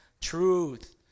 truth